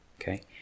okay